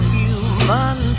human